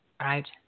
right